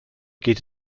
geht